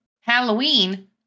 Halloween